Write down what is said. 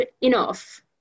enough